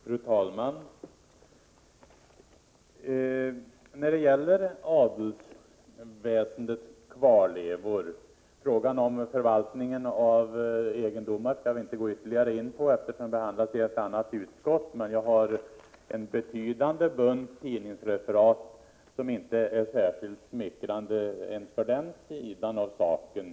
Fru talman! Det gäller här adelsväsendets kvarlevor, och vi skall inte gå in ytterligare på frågan om förvaltningen av egendomar, eftersom den behandlas i ett annat utskott. Men jag har en betydande bunt tidningsreferat, som inte är särskilt smickrande för den sidan av saken.